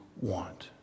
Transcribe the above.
want